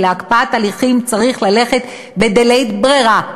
כי להקפאת הליכים צריך ללכת בדלית ברירה,